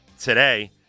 today